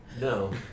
No